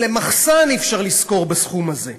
מחסן אי-אפשר לשכור בסכום הזה.